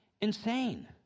insane